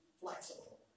flexible